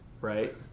right